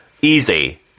easy